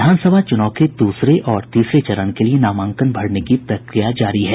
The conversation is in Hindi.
विधानसभा चूनाव के दूसरे और तीसरे चरण के लिये नामांकन भरने की प्रक्रिया जारी है